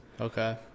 Okay